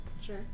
Sure